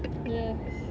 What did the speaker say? yes